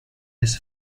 his